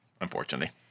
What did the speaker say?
Unfortunately